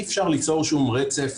אי אפשר ליצור שום רצף,